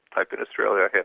type and australia,